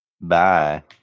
Bye